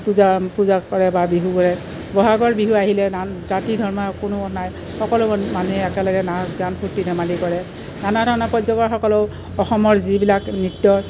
পূজা পূজা কৰে বা বিহু কৰে বহাগৰ বিহু আহিলে ন জাতি ধৰ্ম এ কোনো নাই সকলো মানুহে একেলগে নাচ গান ফূৰ্তি ধেমালি কৰে নানা ধৰণৰ পৰ্যটকসকলেও অসমৰ যিবিলাক নৃত্য